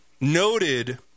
noted